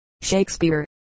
Shakespeare